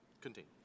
Continue